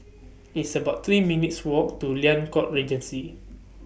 It's about three minutes' Walk to Liang Court Regency